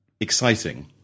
exciting